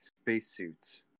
spacesuits